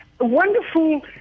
wonderful